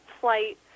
flight